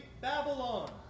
Babylon